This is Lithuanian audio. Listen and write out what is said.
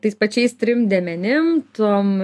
tais pačiais trim dėmenim tuom